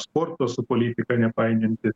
sporto su politika nepainioti